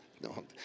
No